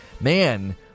Man